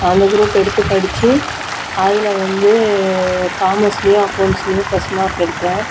அந்தக் குரூப் எடுத்துப் படித்து அதில் வந்து காமர்ஸ்லேயும் அக்கவுண்ட்ஸ்லேயும் ஃபஸ்ட் மார்க் எடுத்தேன்